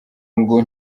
ngo